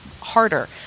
harder